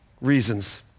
reasons